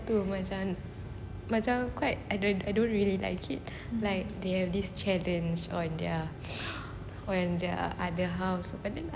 macam quite I don't I don't really like it like they have this challenge on their on their house opening I was like